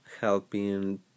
helping